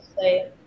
say